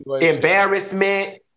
embarrassment